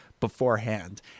beforehand